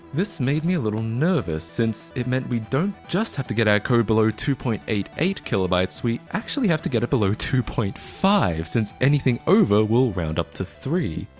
this made me a little nervous since it means we don't just have to get our code below two point eight eight kb, ah we actually have to get it below two point five since anything over will round up to three.